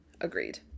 Agreed